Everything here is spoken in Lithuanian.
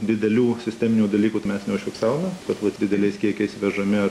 didelių sisteminių dalykųtai mes neužfiksavome bet dideliais kiekiais vežami